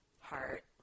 heart